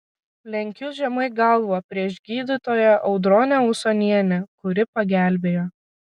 lenkiu žemai galvą prieš gydytoją audronę usonienę kuri pagelbėjo